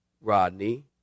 Rodney